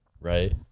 right